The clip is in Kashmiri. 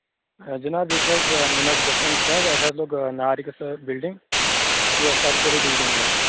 جِناب ییٚتہِ حظ مُنک گفن چھےٚ اتہِ حظ لوٚگ نار أکِس بِلڈِنٛگ یہِ سَرکٲری بِلڈِنٛگ حظ